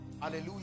Hallelujah